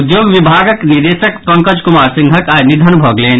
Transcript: उद्योग विभागक निदेशक पंकज कुमार सिंहक आई निधन भऽ गेलनि